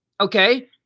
Okay